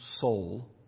soul